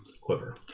quiver